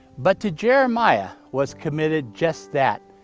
but to jeremiah was committed just that.